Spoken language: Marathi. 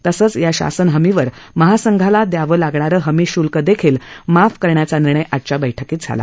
तसंच या शासन हमीवर महासंघाला द्यावं लागणारं हमी श्ल्क देखील माफ करण्याचा निर्णय आजच्या बैठकीत झाला